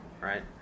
right